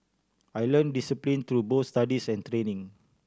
I learnt discipline through both studies and training